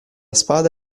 spada